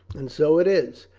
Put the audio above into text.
and so it is.